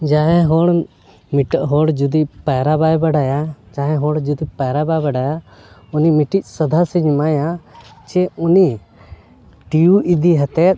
ᱡᱟᱦᱟᱸᱭ ᱦᱚᱲ ᱢᱤᱜᱴᱮᱡ ᱦᱚᱲ ᱡᱩᱫᱤ ᱯᱟᱭᱨᱟ ᱵᱟᱭ ᱵᱟᱲᱟᱭᱟ ᱡᱟᱦᱟᱭ ᱦᱚᱲ ᱡᱩᱫᱤ ᱯᱟᱭᱨᱟ ᱵᱟᱭ ᱵᱟᱲᱟᱭᱟ ᱩᱱᱤ ᱢᱤᱫᱴᱤᱡ ᱥᱟᱫᱷᱟᱥ ᱤᱧ ᱮᱢᱟᱭᱟ ᱡᱮ ᱩᱱᱤ ᱴᱤᱭᱩ ᱤᱫᱤ ᱦᱟᱛᱮᱫ